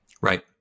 Right